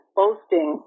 boasting